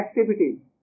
activity